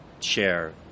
share